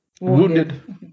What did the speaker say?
wounded